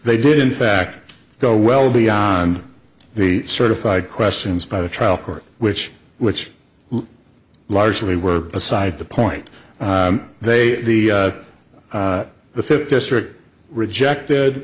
they did in fact go well beyond the certified questions by the trial court which which largely were beside the point they the the fifth district rejected